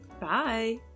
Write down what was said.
Bye